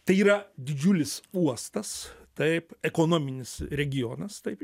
tai yra didžiulis uostas taip ekonominis regionas taip